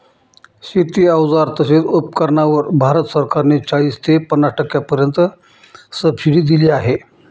शेती अवजार तसेच उपकरणांवर भारत सरकार ने चाळीस ते पन्नास टक्क्यांपर्यंत सबसिडी दिली आहे